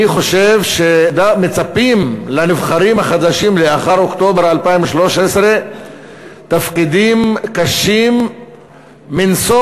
אני חושב שמצפים לנבחרים החדשים לאחר אוקטובר 2013 תפקידים קשים מנשוא.